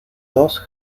dos